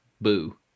Boo